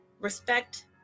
respect